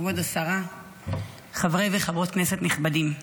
כבוד השרה, חברי וחברות כנסת נכבדים,